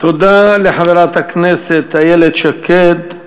תודה לחברת הכנסת איילת שקד.